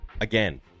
Again